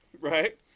Right